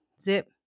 Zip